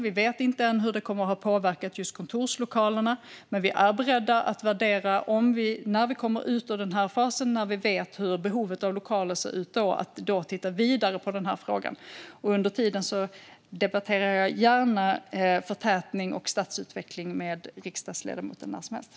Vi vet inte än hur det kommer att ha påverkat just kontorslokalerna, men när vi kommer ut ur den här fasen och vet hur behovet av lokaler ser ut då är vi beredd att titta vidare på den här frågan. Under tiden debatterar jag gärna förtätning och stadsutveckling med riksdagsledamoten när som helst.